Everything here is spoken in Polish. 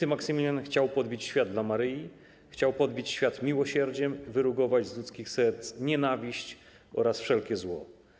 Św. Maksymilian chciał podbić świat dla Maryi, chciał podbić świat miłosierdziem, wyrugować z ludzkich serc nienawiść oraz wszelkie zło.